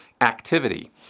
activity